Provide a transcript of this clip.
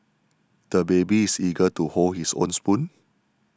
the baby is eager to hold his own spoon